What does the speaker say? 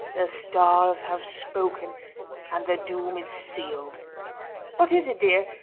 the stars have spoken and the doom is sealed what is it, dear?